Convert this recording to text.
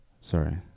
Sorry